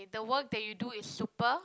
if the work that you do is super